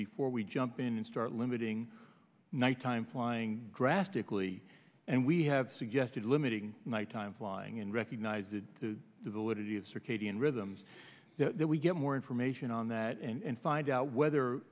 before we jump in and start limiting nighttime flying drastically and we have suggested limiting nighttime flying and recognize it to the validity of circadian rhythms that we get more information on that and find out whether